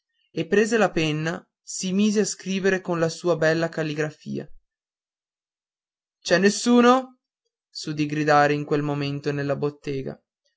e presa la penna si mise a scrivere con la sua bella calligrafia c'è nessuno s'udì gridare in quel momento dalla bottega